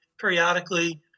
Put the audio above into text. periodically